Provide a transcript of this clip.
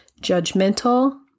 judgmental